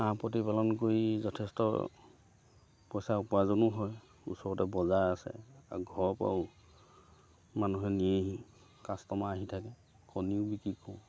হাঁহ প্ৰতিপালন কৰি যথেষ্ট পইচা উপাৰ্জনো হয় ওচৰতে বজাৰ আছে আৰু ঘৰৰপৰাও মানুহে নিয়েহি কাষ্টমাৰ আহি থাকে কণীও বিক্ৰী কৰোঁ